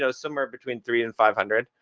so somewhere between three and five hundred.